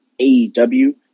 AEW